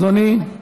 אדוני,